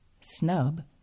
snub